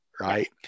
right